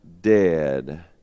dead